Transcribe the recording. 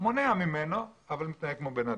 מונע ממנו אבל מתנהג כמו בן אדם.